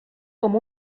com